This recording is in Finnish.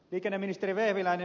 liikenneministeri vehviläinen